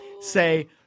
say